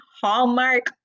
Hallmark